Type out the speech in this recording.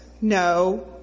no